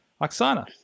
Oksana